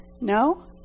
No